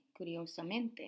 curiosamente